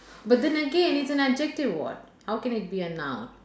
but then again it's an adjective [what] how can it be a noun